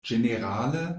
ĝenerale